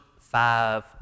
five